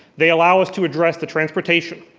they allow us to address the transportation,